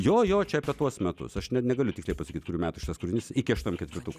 jo jo čia apie tuos metus aš ne negaliu tiksliai pasakyt kurių metų šis kūrinys iki aštuoniasdešimt ketvirtų